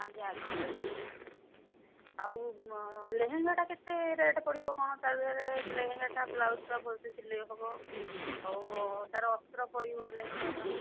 ଆଜ୍ଞା ଆଜ୍ଞା ଆଜ୍ଞା ଆଉ ଲେହେଙ୍ଗାଟା କେତେ ରେଟ୍ ପଡ଼ିବ କ'ଣ ତା'ଧିଏରେ ଲେହେଙ୍ଗାଟା ବ୍ଲାଉଜ୍ଟା ଭଲସେ ସିଲେଇ ହେବ ଆଉ ତା'ର ଅସ୍ତ୍ର ପଡ଼ିବ ଲେହେଙ୍ଗାର